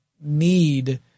need